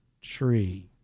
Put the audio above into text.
tree